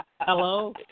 Hello